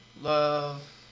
Love